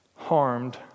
harmed